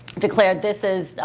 declared this is,